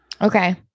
Okay